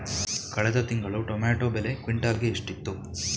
ಕಳೆದ ತಿಂಗಳು ಟೊಮ್ಯಾಟೋ ಬೆಲೆ ಕ್ವಿಂಟಾಲ್ ಗೆ ಎಷ್ಟಿತ್ತು?